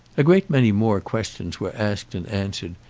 a great many more questions were asked and answered,